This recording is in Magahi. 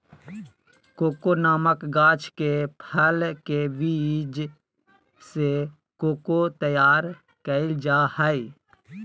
कोको नामक गाछ के फल के बीज से कोको तैयार कइल जा हइ